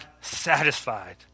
satisfied